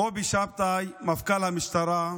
קובי שבתאי, מפכ"ל המשטרה,